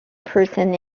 person